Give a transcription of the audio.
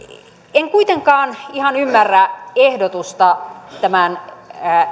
en kuitenkaan ihan ymmärrä ehdotusta tämän